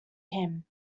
him